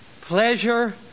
pleasure